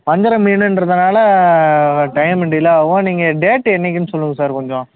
வஞ்சிர மீனுங்றதுனால டையமு டிளே ஆகும் நீங்கள் டேட்டு என்னைக்குன்னு சொல்லுங்கள் சார் கொஞ்சம்